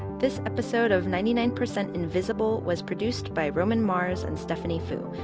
this episode of ninety nine percent invisible was produced by roman mars and stephanie foo,